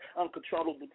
Uncontrollable